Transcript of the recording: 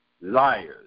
liars